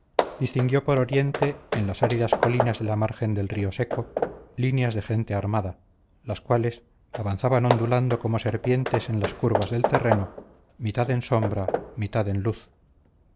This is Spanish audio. distinguió por oriente en las áridas colinas de la margen del río seco líneas de gente armada las cuales avanzaban ondulando como serpientes en las curvas del terreno mitad en sombra mitad en luz